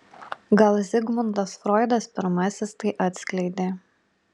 gal zigmundas froidas pirmasis tai atskleidė